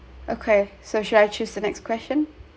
okay so should I choose the next question